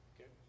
okay